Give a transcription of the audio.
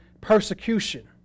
persecution